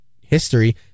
history